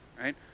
right